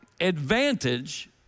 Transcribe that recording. advantage